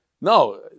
No